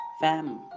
fam